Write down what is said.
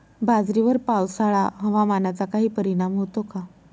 बाजरीवर पावसाळा हवामानाचा काही परिणाम होतो का?